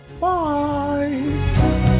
Bye